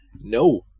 no